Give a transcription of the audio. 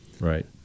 Right